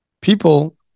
people